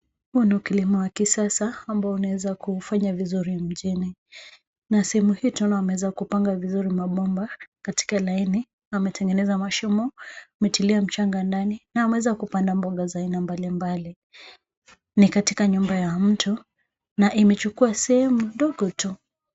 Huu ni ukulima wa kisasa ambao unaeza kufanya vizuri mjini na sehemu hii tuna weza kupanga vizuri mabomba, katika laini wametengeneza mashimo, umetilia mchanga ndani na wameweza kupanda mbonga za aina mbalimbali. Ni katika nyumba ya mtu na imechukua sehemu ndogo tu.